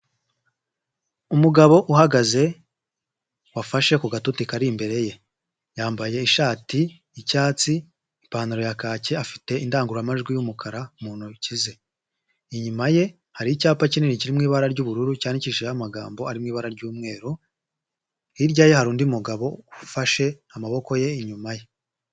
Umugabo uhagaze wafashe ku gatuti kari imbere ye, yambaye ishati y'icyatsi, ipantaro ya kake afite indangururamajwi y'umukara mu ntoki ze, inyuma ye hari icyapa kinini kiri mu ibara ry'ubururu cyandikishijeho amagambo ari mu ibara ry'umweru, hirya ye hari undi mugabo ufashe amaboko ye inyuma ye.